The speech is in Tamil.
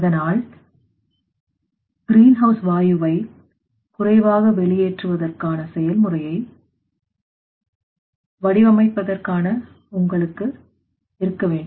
அதனால் தான் கிரீன்ஹவுஸ்வாயுவை குறைவாக வெளியேற்றுவதற்கான செயல்முறையை வடிவமைப்பதற்கான உங்களுக்கு இருக்க வேண்டும்